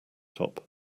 top